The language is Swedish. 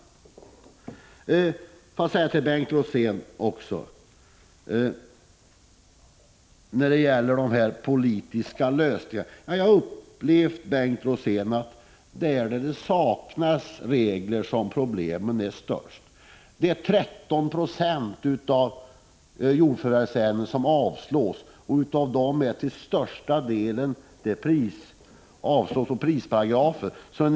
16 april 1986 Till Bengt Rosén vill jag också säga beträffande de politiska lösningarna att Rn Le a Jordbruksdepartedet är när det saknas regler som problemen är störst. Det är 13 96 av P : RR 5 Se g mentets budgetjordförvärvsärendena som avslås och största delen med stöd av prisparagraförslag fen.